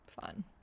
fun